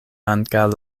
ankaŭ